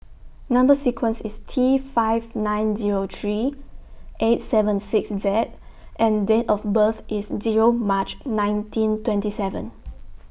Number sequence IS T five nine Zero three eight seven six Z and Date of birth IS Zero March nineteen twenty seven